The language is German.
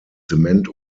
zement